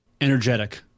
energetic